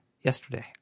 yesterday